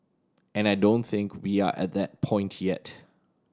and I don't think we are at that point yet